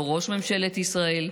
לא ראש ממשלת ישראל.